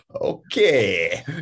Okay